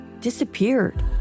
disappeared